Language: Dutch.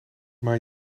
maar